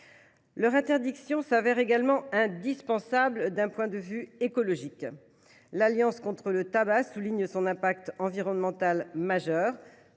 Leur interdiction s’avère également indispensable d’un point de vue écologique. L’Alliance contre le tabac souligne son impact environnemental majeur.